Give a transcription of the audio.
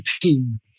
team